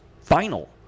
final